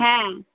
হ্যাঁ